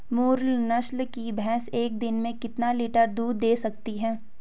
मुर्रा नस्ल की भैंस एक दिन में कितना लीटर दूध दें सकती है?